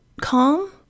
calm